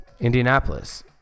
Indianapolis